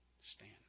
Stand